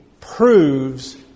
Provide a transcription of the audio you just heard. proves